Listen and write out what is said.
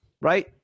right